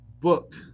book